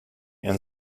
and